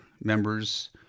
members